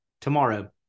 tomorrow